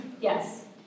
Yes